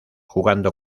jugando